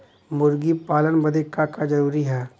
मुर्गी पालन बदे का का जरूरी ह?